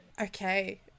Okay